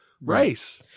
race